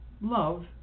love